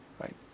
right